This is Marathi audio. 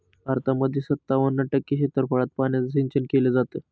भारतामध्ये सत्तावन्न टक्के क्षेत्रफळात पाण्याचं सिंचन केले जात